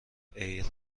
ایرنا